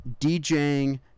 DJing